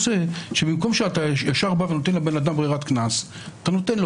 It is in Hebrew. במקום ישר לתת לבן אדם ברירת קנס אתה נותן לו